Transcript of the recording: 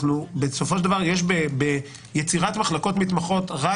בסופו של דבר יש יצירת מחלקות מתמחות רק